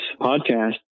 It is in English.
podcast